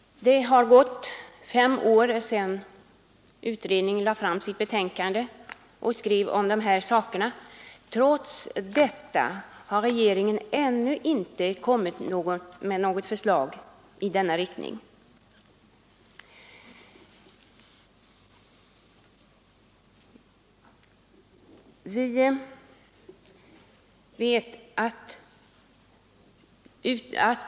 Det har gått fem år sedan utredningen lade fram sitt betänkande och skrev om de här sakerna. Trots detta har regeringen ännu inte kommit med något förslag i den önskade riktningen.